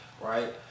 right